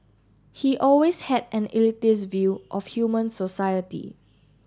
he always had an elitist view of human society